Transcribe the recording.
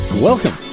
Welcome